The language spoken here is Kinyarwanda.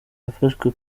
yafashwe